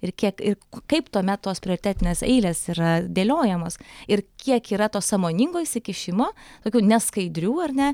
ir kiek ir kaip tuomet tos prioritetinės eilės yra dėliojamos ir kiek yra to sąmoningo įsikišimo tokių neskaidrių ar ne